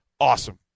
awesome